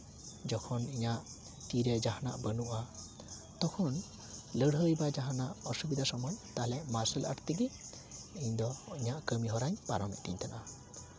ᱡᱚᱠᱷᱚᱱ ᱤᱧᱟᱹᱜ ᱛᱤᱨᱮ ᱡᱟᱦᱟᱱᱟᱜ ᱵᱟᱹᱱᱩᱜᱼᱟ ᱛᱚᱠᱷᱚᱱ ᱞᱟᱹᱲᱦᱟᱹᱭ ᱵᱟ ᱡᱟᱦᱟᱱᱟᱜ ᱚᱥᱩᱵᱤᱫᱟ ᱥᱚᱢᱚᱭ ᱛᱟᱦᱚᱞᱮ ᱢᱟᱨᱥᱟᱞ ᱟᱨᱴ ᱛᱮᱜᱮ ᱤᱧᱫᱚ ᱤᱧᱟᱹᱜ ᱠᱟᱹᱢᱤ ᱦᱚᱨᱟᱧ ᱯᱟᱨᱚᱢᱮᱜ ᱛᱤᱧ ᱛᱟᱦᱮᱱᱟ